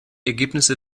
ergebnisse